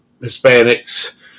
Hispanics